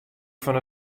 fan